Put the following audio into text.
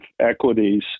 equities